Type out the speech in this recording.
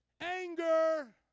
anger